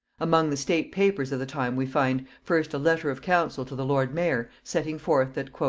among the state papers of the time we find, first a letter of council to the lord mayor, setting forth, that,